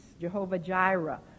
Jehovah-Jireh